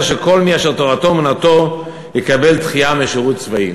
שכל מי אשר תורתו אומנותו יקבל דחייה משירות צבאי.